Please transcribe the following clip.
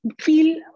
feel